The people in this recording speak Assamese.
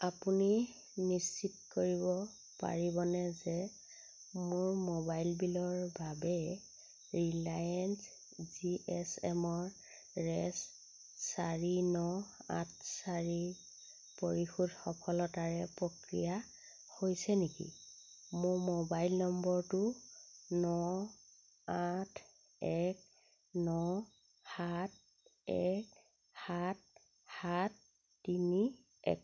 আপুনি নিশ্চিত কৰিব পাৰিবনে যে মোৰ মোবাইল বিলৰ বাবে ৰিলায়েন্স জি এছ এমৰ ৰেছ চাৰি ন আঠ চাৰিৰ পৰিশোধ সফলতাৰে প্ৰক্ৰিয়া হৈছে নেকি মোৰ মোবাইল নম্বৰটো ন আঠ এক ন সাত এক সাত সাত তিনি এক